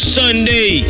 sunday